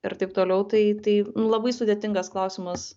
ir taip toliau tai tai nu labai sudėtingas klausimas